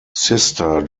sister